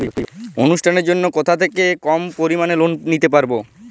অনুষ্ঠানের জন্য কোথা থেকে আমি কম পরিমাণের লোন নিতে পারব?